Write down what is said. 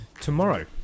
tomorrow